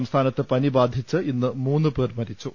സംസ്ഥാനത്ത് പനി ബാധിച്ച് ഇന്ന് മൂന്നുപേർ മരിച്ചു